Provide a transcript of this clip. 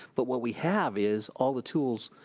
but what we have is all the tools,